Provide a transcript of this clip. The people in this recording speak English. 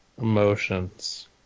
Emotions